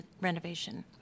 renovation